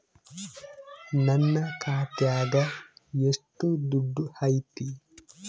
ನನ್ನ ಖಾತ್ಯಾಗ ಎಷ್ಟು ದುಡ್ಡು ಐತಿ?